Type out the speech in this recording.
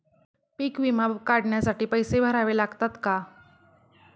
पीक विमा काढण्यासाठी पैसे भरावे लागतात का?